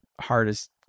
hardest